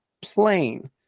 plain